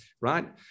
right